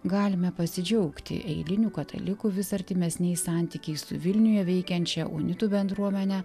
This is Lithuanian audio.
galime pasidžiaugti eilinių katalikų vis artimesniais santykiais su vilniuje veikiančia unitų bendruomene